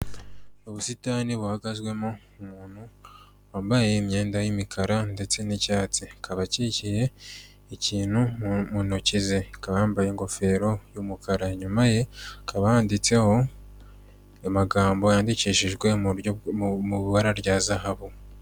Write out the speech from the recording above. Ubusitani buhagazemo umuntu wambaye imyenda y'imikara ndetse n'icyatsi, akaba akikiye ikintu mu ntoki ze, akaba yambaye ingofero y'umukara, inyuma ye hakaba handitseho amagambo yandikishijwe mu ibara rya zahabu.